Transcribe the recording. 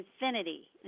infinity